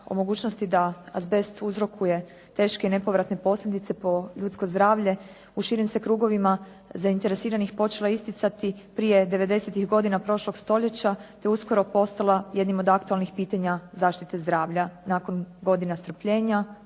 o mogućnosti da azbest uzrokuje teške i nepovratne posljedice po ljudsko zdravlje u širim se krugovima zainteresiranih počela isticati prije '90-tih godina prošlog stoljeća te uskoro postala jednim od aktualnih pitanja zaštite zdravlja. Nakon godina strpljenja,